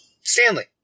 Stanley